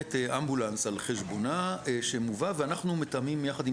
מממנת אמבולנס על חשבונה שמובא ואנחנו מתאמים יחד עם